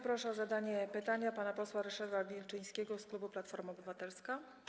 Proszę o zadanie pytania pana posła Ryszarda Wilczyńskiego z klubu Platforma Obywatelska.